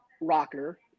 Rocker